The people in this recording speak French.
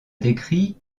décrit